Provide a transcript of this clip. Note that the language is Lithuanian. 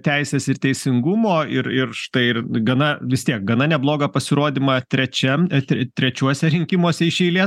teisės ir teisingumo ir ir štai ir gana vis tiek gana neblogą pasirodymą trečiam ete trečiuose rinkimuose iš eilės